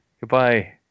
Goodbye